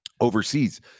overseas